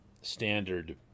standard